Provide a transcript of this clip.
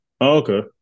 okay